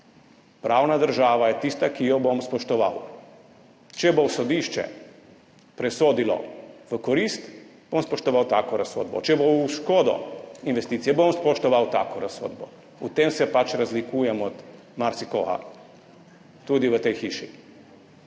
pravna država je tista, ki jo bom spoštoval. Če bo sodišče presodilo v korist, bom spoštoval tako razsodbo, če bo v škodo investicije, bom spoštoval tako razsodbo. V tem se pač razlikujem od marsikoga tudi v tej hiši.